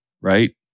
right